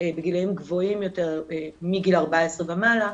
בגילאים גבוהים יותר מגיל 14 ומעלה,